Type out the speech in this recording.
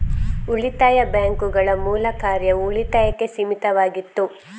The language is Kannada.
ಉಳಿತಾಯ ಬ್ಯಾಂಕುಗಳ ಮೂಲ ಕಾರ್ಯವು ಉಳಿತಾಯಕ್ಕೆ ಸೀಮಿತವಾಗಿತ್ತು